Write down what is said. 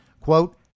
quote